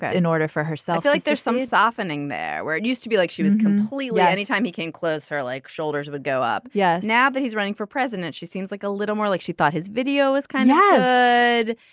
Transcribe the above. ah in order for herself like there's some softening there where it used to be like she was completely anytime he came close her like shoulders would go up yeah. now that he's running for president she seems like a little more like she thought his video was kind of good.